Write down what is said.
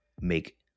make